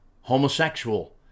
homosexual